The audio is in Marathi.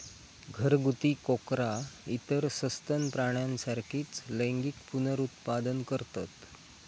घरगुती कोकरा इतर सस्तन प्राण्यांसारखीच लैंगिक पुनरुत्पादन करतत